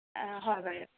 অ' হয় বাৰু